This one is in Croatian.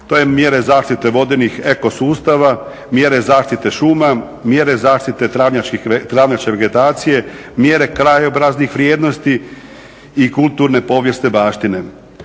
To su mjere zaštite vodenih eko sustava, mjere zaštite šume, mjere zaštite travnjačke vegetacije, mjere krajobraznih vrijednosti i kulturne povijesne baštine.